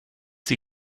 sie